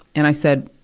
and i said,